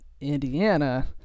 Indiana